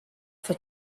for